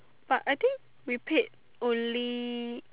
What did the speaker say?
but I think we paid only